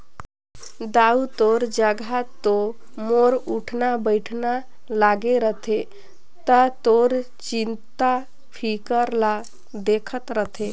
दाऊ तोर जघा तो मोर उठना बइठना लागे रथे त तोर चिंता फिकर ल देखत रथें